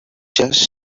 just